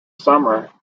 summer